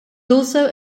also